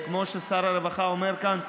כמו ששר הרווחה אומר כאן,